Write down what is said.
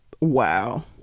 Wow